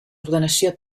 ordenació